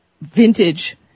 vintage